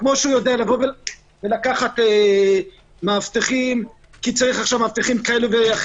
כפי שהוא יודע לקחת מאבטחים כי צריך מאבטחים במלון,